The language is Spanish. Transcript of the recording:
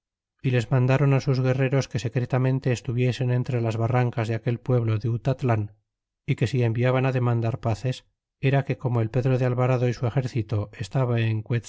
y les manaron sus guerreros que secretamente estuviesen entre lasbarrancas de aquel pueblo de utatlan y que si enviaban demandar paces era que como el pedro de alvarado y su exército estaba en